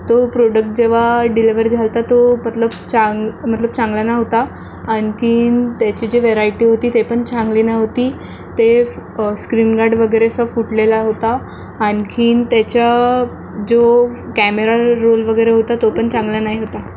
तो प्रोडक्ट जेव्हा डिलेव्हर झाला होता तो मतलब चां मतलब चांगला नव्हता आणखीन त्याची जी वेरायटी होती ती पण चांगली नव्हती ते स्क्रीन गार्ड वगैरे असं फुटलेला होता आणखीन त्याचा जो कॅमेरा रोल वगैरे होता तो पण चांगला नाही होता